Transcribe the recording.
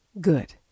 Good